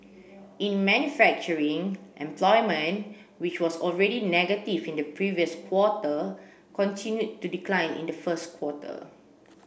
in manufacturing employment which was already negative in the previous quarter continued to decline in the first quarter